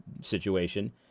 situation